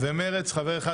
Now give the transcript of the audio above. ולמרצ חבר אחד,